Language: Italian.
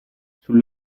sul